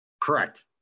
Correct